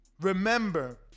Remember